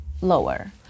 lower